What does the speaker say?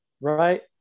right